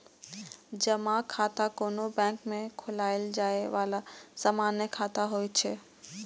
जमा खाता कोनो बैंक मे खोलाएल जाए बला सामान्य खाता होइ छै